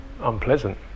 unpleasant